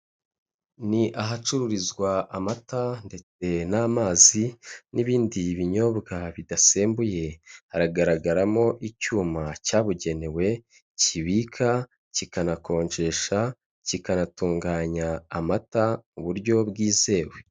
Ni ahacururizwa amata ndetse n'amazi n'ibindi binyobwa bidasembuye. Haragaragaramo icyuma cyabugenewe kibika kikanakonjesha, kikanatunganya amata mu buryo bwizewe.